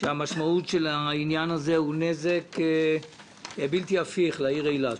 שהמשמעות של העניין הזה הוא נזק בלתי הפיך לעיר אילת.